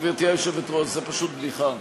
טוב, גברתי היושבת-ראש, זו פשוט בדיחה.